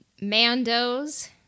Mando's